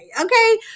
Okay